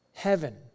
Heaven